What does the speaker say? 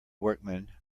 workman